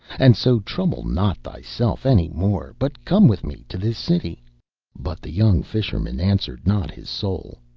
and so trouble not thyself any more, but come with me to this city but the young fisherman answered not his soul,